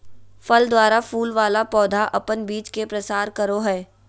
फल द्वारा फूल वाला पौधा अपन बीज के प्रसार करो हय